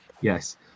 yes